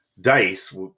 dice